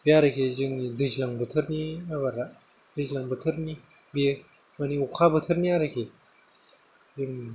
बे आरोखि जोंनि दैज्लां बोथोरनि आबादा दैज्लां बोथोरनि बियो मानि अखा बोथोरनि आरोखि